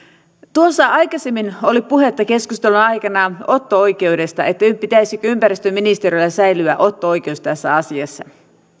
tuossa aikaisemmin oli puhetta keskustelun aikana otto oikeudesta pitäisikö ympäristöministeriöllä säilyä otto oikeus tässä asiassa